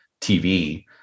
TV